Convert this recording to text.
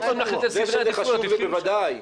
זה שזה חשוב זה בוודאי.